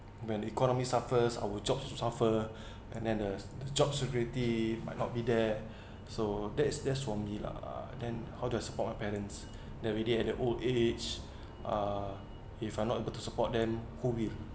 when economy suffers our jobs also suffer and then the the job security might not be there so that is that's just for me lah uh then how do I support my parents they already at their old age ah if I'm not able to support them who will